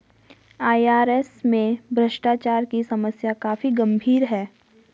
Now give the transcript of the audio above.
IRS में भ्रष्टाचार की समस्या काफी गंभीर है